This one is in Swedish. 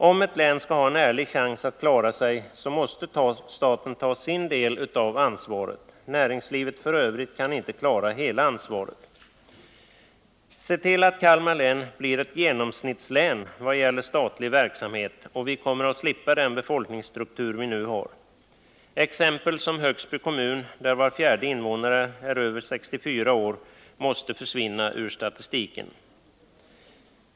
Om ett län skall ha en ärlig chans att klara sig måste staten ta sin del av ansvaret — näringslivet kan inte ta hela ansvaret. Se till att Kalmar län blir ett genomsnittslän vad gäller statlig verksamhet, och vi kommer att slippa den befolkningsstruktur vi nu har! Exempel som Högsby kommun, där var fjärde invånare är över 64 år, måste försvinna ur statistiken.